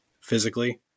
physically